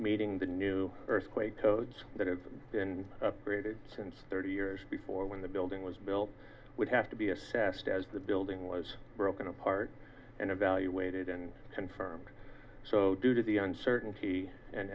meeting the new earthquake codes that had been created since thirty years before when the building was built would have to be assessed as the building was broken apart and evaluated and confirmed so due to the uncertainty and